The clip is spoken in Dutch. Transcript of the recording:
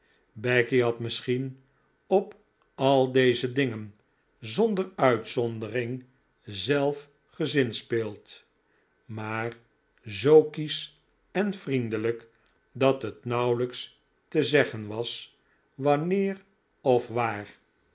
becky had misschien op al deze dingen zonder uitzondering zelf gezinspeeld maar zoo kiesch en vriendelijk dat het nauwelijks te zeggen was wanneer of waar